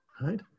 right